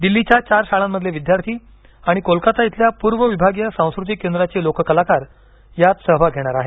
दिल्लीच्या चार शाळांमधले विद्यार्थी आणि कोलकाता इथल्या पूर्व विभागीय सांस्कृतिक केंद्राचे लोककलाकार यात सहभाग घेणार आहेत